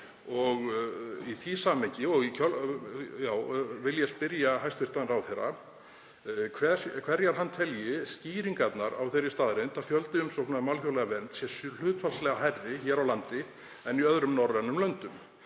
Í því samhengi vil ég spyrja hæstv. ráðherra hverjar hann telji skýringarnar vera á þeirri staðreynd að fjöldi umsókna um alþjóðlega vernd sé hlutfallslega hærri hér á landi en í öðrum norrænum löndum.